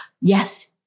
yes